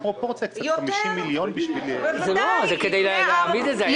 זה כדי להעמיד את זה.